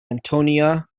antonia